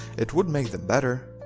it would make them better.